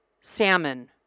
Salmon